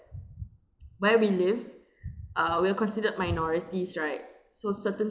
where we live uh we are considered minorities right so certain